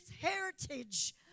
heritage